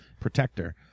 Protector